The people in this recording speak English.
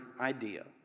idea